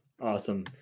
Awesome